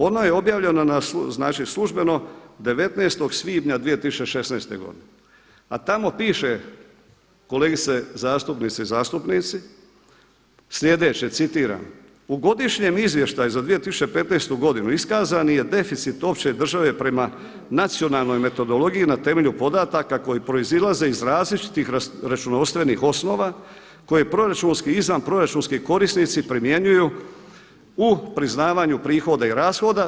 Ono je objavljeno službeno 19. svibnja 2016. godine, a tamo piše kolegice zastupnice i zastupnici sljedeće, citiram: „U Godišnjem izvještaju za 2015. godinu iskazani je deficit opće države prema nacionalnoj metodologiji na temelju podataka koji proizlaze iz različitih računovodstvenih osnova koje proračunski i izvanproračunski korisnici primjenjuju u priznavanju prihoda i rashoda.